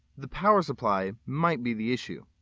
the power supply might be the issue.